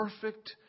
perfect